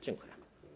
Dziękuję.